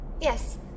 Yes